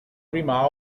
prima